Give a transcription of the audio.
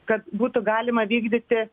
kad būtų galima vykdyti